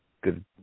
good